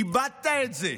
איבדת את זה,